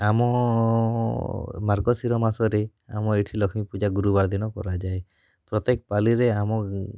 ଆମ ମାର୍ଗଶିର ମାସରେ ଆମ ଏଠି ଲକ୍ଷ୍ମୀ ପୂଜା ଗୁରୁବାର ଦିନ କରାଯାଏ ପ୍ରତ୍ୟେକ ପାଲିରେ ଆମ